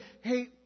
Hey